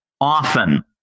often